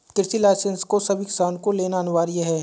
कृषि लाइसेंस को सभी किसान को लेना अनिवार्य है